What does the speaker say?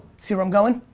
see where i'm going?